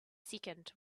second